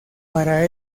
para